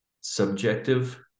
subjective